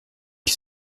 que